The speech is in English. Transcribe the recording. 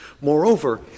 Moreover